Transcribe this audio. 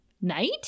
Night